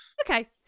Okay